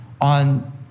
on